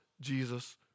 Jesus